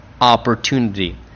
opportunity